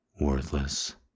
worthless